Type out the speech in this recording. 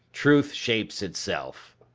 truth shapes itself.